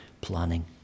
planning